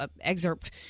excerpt